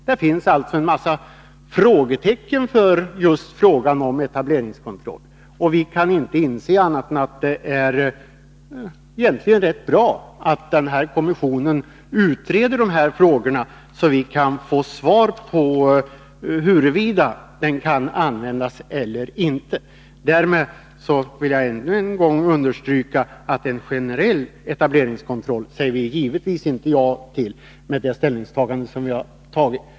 Det finns alltså en massa frågetecken när det gäller frågan om etableringskontroll, och vi kan inte inse annat än att det är rätt bra att kommissionen utreder dessa frågor, så att vi kan få svar på huruvida en etableringskontroll kan användas eller inte. Därmed vill jag ännu en gång understryka att vi med det ställningstagande som vi gjort givetvis inte säger ja till en generell etableringskontroll.